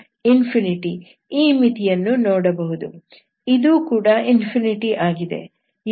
ಇದು ಕೂಡ ಆಗಿದೆ